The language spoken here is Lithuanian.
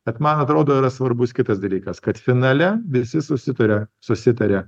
bet man atrodo yra svarbus kitas dalykas kad finale visi susituria susitaria